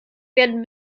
werden